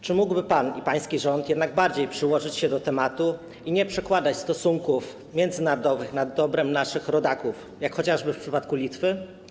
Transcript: Czy mógłby pan i pański rząd jednak bardziej przyłożyć się do tematu i nie przedkładać stosunków międzynarodowych nad dobro naszych rodaków, jak chociażby w przypadku Litwy?